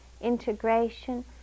integration